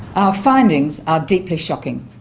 our findings are deeply shocking.